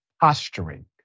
posturing